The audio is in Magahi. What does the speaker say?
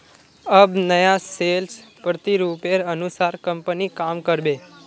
अब नया सेल्स प्रतिरूपेर अनुसार कंपनी काम कर बे